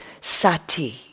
sati